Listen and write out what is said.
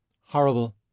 Horrible